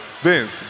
Vince